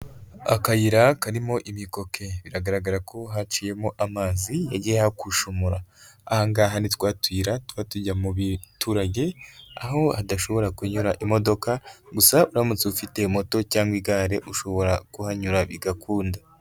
Akayira karimo ibikoke, biragaragara ko haciyemo amazi yagiye ahakushumura. Ahangaha ni twatuyira tuba tujya mu biturage aho hadashobora kunyura imodoka, gusa uramutse ufite moto cyangwa igare ushobora kuhanyura bigakunda.